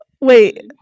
Wait